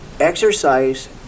exercise